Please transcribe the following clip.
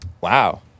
Wow